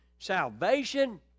salvation